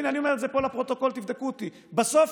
והינה,